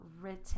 written